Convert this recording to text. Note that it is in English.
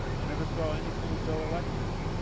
i never saw anything so electric.